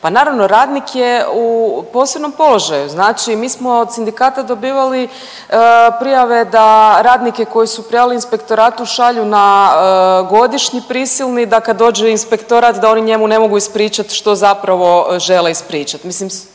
pa naravno radnik je u posebnom položaju, znači mi smo od sindikata dobivali prijave da radnike koji su prijavljivali inspektoratu šalju na godišnji prisilni da kad dođe inspektorat da oni njemu ne mogu ispričat što zapravo žele ispričat.